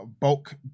bulk